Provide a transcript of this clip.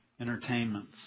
entertainments